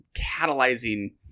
catalyzing